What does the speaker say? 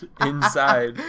inside